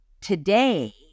today